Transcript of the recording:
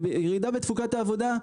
ירידה בתפוקת העבודה,